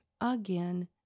again